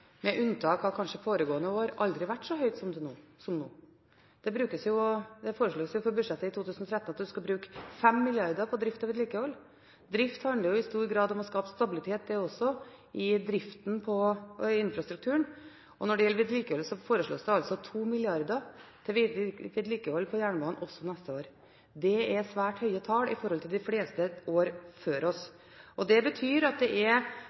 vært så høyt som nå. Det foreslås jo i budsjettet for 2013 å bruke 5 mrd. kr på drift og vedlikehold. Drift handler jo også i stor grad om å skape stabilitet i driften og i infrastrukturen, og når det gjelder vedlikehold, foreslås det altså 2 mrd. kr til vedlikehold på jernbanen også til neste år. Dette er svært høye tall i forhold til de fleste år før oss. Det betyr at muligheten både for å kunne ha driftsstabilitet og for å kunne ta igjen litt av det etterslepet som er